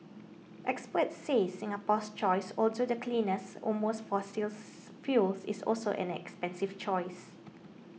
experts say Singapore's choice although the cleanest among fossils fuels is also an expensive choice